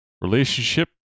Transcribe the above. Relationship